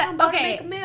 okay